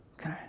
Okay